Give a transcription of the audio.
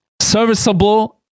serviceable